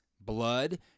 Blood